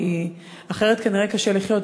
כי אחרת כנראה קשה לחיות,